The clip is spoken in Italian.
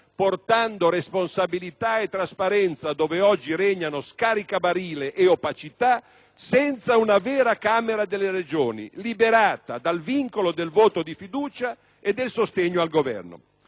portando responsabilità e trasparenza dove oggi regnano scaricabarile e opacità, senza una vera Camera delle Regioni liberata dal vincolo del voto di fiducia e del sostegno al Governo;